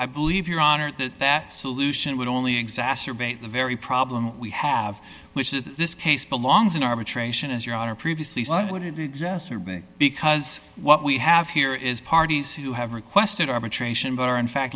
i believe your honor that solution would only exacerbate the very problem we have which is this case belongs in arbitration as your honor previously said would it be exacerbated because what we have here is parties who have requested arbitration but are in fact